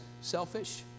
selfish